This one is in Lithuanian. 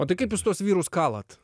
o tai kaip jūs tuos vyrus kalat